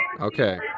Okay